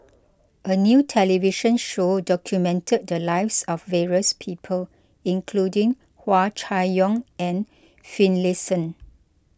a new television show documented the lives of various people including Hua Chai Yong and Finlayson